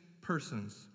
persons